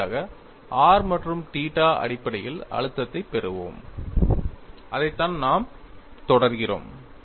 இறுதியாக r மற்றும் அடிப்படையில் அழுத்தத்தை பெறுவோம் அதைத்தான் நாம் தொடர்கிறோம்